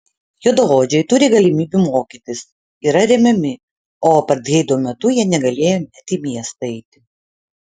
juodaodžiai turi galimybių mokytis yra remiami o apartheido metu jie negalėjo net į miestą eiti